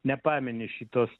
nepamini šitos